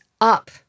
up